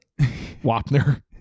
Wapner